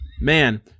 Man